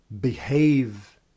behave